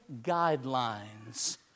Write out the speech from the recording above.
guidelines